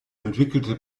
entwickelte